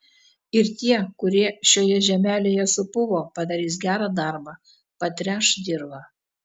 ir tie kurie šioje žemelėje supuvo padarys gerą darbą patręš dirvą